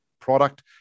product